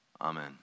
Amen